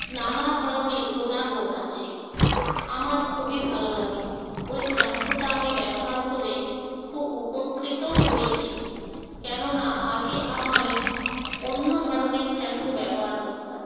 নানা ধরনের গুণাগুণ আছে আমার খুবই ভালো লাগে ওই শ্যাম্পুটা আমি ব্যবহার করে খুব উপকৃতও হয়েছি কেননা আগে আমায় অন্য ধরনের শ্যাম্পু ব্যবহার করতাম